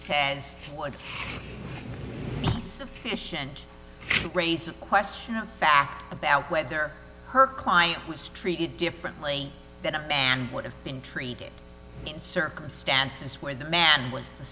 this would be sufficient to raise a question of fact about whether her client was treated differently than it would have been treated in circumstances where the man was the